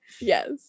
yes